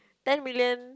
ten million